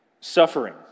suffering